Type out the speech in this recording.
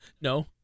No